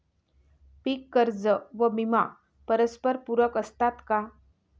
पीक कर्ज व विमा परस्परपूरक असतात का?